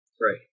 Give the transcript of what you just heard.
Right